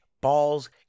balls